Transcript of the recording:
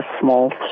small